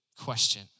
question